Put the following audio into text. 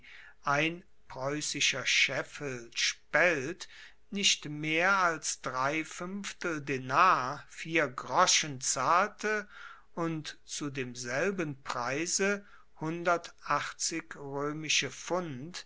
ein preussischer scheffel spelt nicht mehr als drei fuenftel denar vier zahlte und zu demselben preise